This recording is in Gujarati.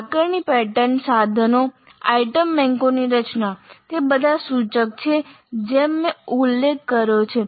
આકારણી પેટર્ન સાધનો આઇટમ બેન્કોની રચના તે બધા સૂચક છે જેમ મેં ઉલ્લેખ કર્યો છે